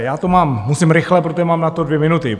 Já to mám, musím rychle, protože mám na to dvě minuty.